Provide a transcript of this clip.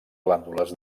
glàndules